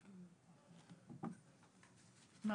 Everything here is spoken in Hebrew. הוא